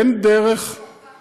מספרים, כך וכך